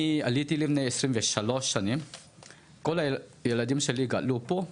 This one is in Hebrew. אני עליתי לפני 23 שנים והילדים שלי גדלו פה.